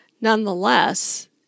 nonetheless